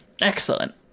Excellent